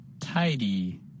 tidy